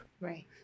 Right